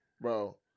Bro